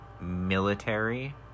military